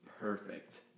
perfect